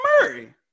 Murray